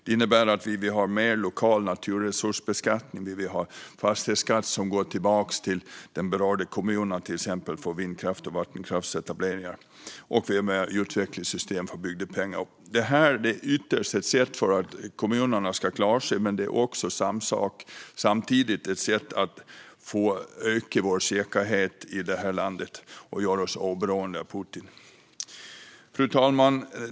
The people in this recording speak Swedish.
Det innebär att vi behöver ha mer lokal naturresursbeskattning, en fastighetsskatt som går tillbaka till den berörda kommunen för till exempel vindkrafts och vattenkraftsetablering och ett utvecklingssystem för bygdepengen. Detta är ytterst ett sätt för kommunerna att klara sig, men det är samtidigt ett sätt att öka vår säkerhet här i landet och göra oss oberoende av Putin. Fru talman!